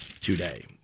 today